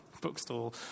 bookstall